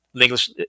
English